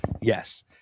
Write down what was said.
Yes